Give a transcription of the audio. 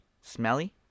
smelly